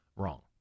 wrong